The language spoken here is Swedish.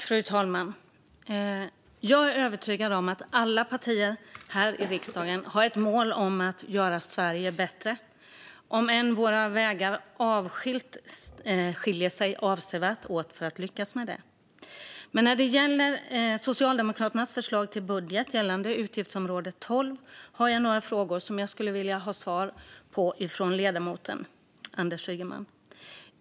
Fru talman! Jag är övertygad om att alla partier här i riksdagen har ett mål om att göra Sverige bättre, om än våra vägar för att lyckas med det skiljer sig åt avsevärt. När det gäller Socialdemokraternas förslag till budget gällande utgiftsområde 12 har jag ett par frågor som jag skulle vilja ha svar på från ledamoten Anders Ygeman.